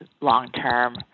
long-term